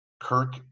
Kirk